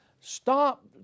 Stop